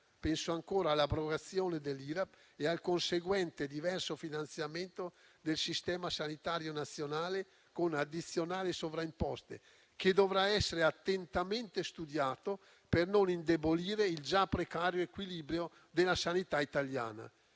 sulle attività produttive (IRAP) e al conseguente diverso finanziamento del sistema sanitario nazionale, con addizionali e sovraimposte, che dovrà essere attentamente studiato per non indebolire il già precario equilibrio della sanità italiana.